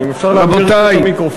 אם אפשר להגביר פה את המיקרופון.